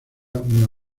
una